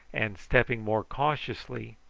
and, stepping more cautiously,